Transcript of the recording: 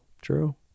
True